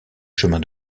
chemin